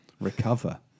recover